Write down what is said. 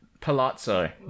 Palazzo